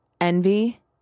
envy